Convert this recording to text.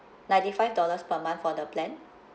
ninety five dollars per month for the plan